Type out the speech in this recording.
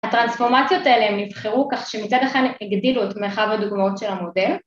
‫הטרנספורמציות האלה הן נבחרו כך ‫שמצד אחד הן הגדילו את מרחב הדוגמאות של המודל.